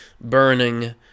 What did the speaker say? burning